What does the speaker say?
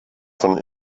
von